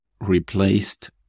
replaced